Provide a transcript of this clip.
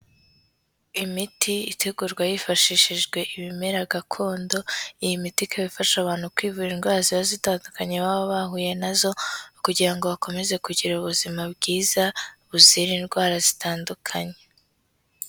Imiti itegurwa hifashishijwe ibimera gakondo, iyi miti ikaba ifasha abantu kwivura indwara ziba zitandukanye baba bahuye na zo kugira ngo bakomeze kugira ubuzima bwiza buzira indwara zitandukanye.